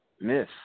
miss